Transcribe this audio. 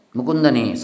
Mukundani